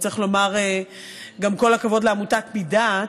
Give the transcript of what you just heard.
וצריך לומר גם כל הכבוד לעמותת "מדעת".